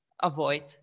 avoid